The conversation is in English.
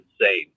insane